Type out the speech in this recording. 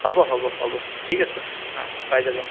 হ'ব হ'ব হ'ব ঠিক আছে অঁ পাই যাবা